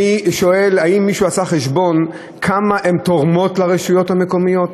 אני שואל: האם מישהו עשה חשבון כמה הן תורמות לרשויות המקומיות?